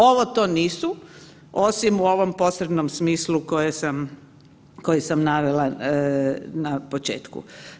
Ovo to nisu osim u ovom posrednom smislu koji sam navela na početku.